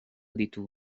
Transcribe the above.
ditu